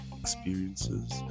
experiences